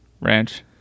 Ranch